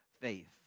faith